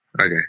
Okay